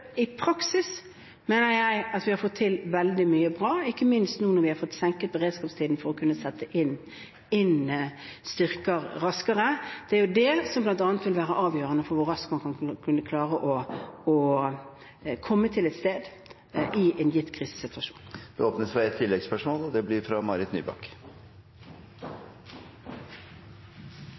I praksis mener jeg vi har fått til veldig mye bra, ikke minst når vi nå har fått senket beredskapstiden for å kunne sette inn styrker raskere. Det er jo det som bl.a. vil være avgjørende for hvor raskt man kan klare å komme til et sted i en gitt krisesituasjon. Det åpnes opp for ett oppfølgingsspørsmål – fra Marit Nybakk.